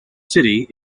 city